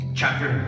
chapter